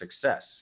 success